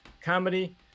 comedy